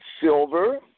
silver